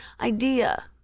idea